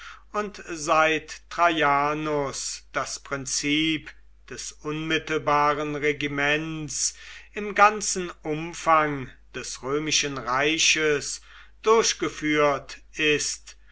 und seit traianus das prinzip des unmittelbaren regiments im ganzen umfang des römischen reiches durchgeführt ist